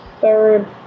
third